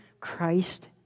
Christ